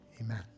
Amen